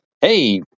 Hey